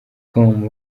com